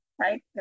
right